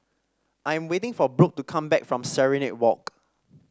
I am waiting for Brook to come back from Serenade Walk